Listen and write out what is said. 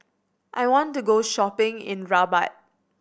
I want to go shopping in Rabat